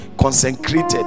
consecrated